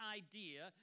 idea